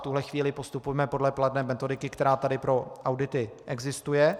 V tuhle chvíli postupujeme podle platné metodiky, která tady pro audity existuje.